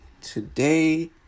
today